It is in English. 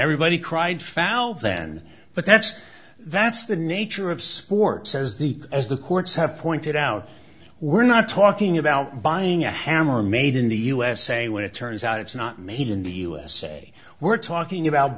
everybody cried foul then but that's that's the nature of sports says deep as the courts have pointed out we're not talking about buying a hammer made in the usa when it turns out it's not made in the usa we're talking about